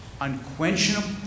unquenchable